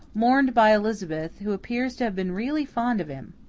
mourned by elizabeth, who appears to have been really fond of him.